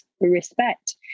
respect